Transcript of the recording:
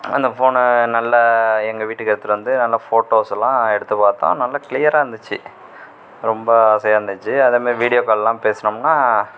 அந்த ஃபோனை நல்லா எங்கள் வீட்டுக்கு எடுத்துகிட்டு வந்து நல்லா ஃபோட்டோஸெல்லாம் எடுத்து பார்த்தோம் நல்லா கிளீயராக இருந்துச்சு ரொம்ப ஆசையாக இருந்துச்சு அதமாதிரி வீடியோ கால்லாம் பேசுனோம்னா